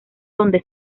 donde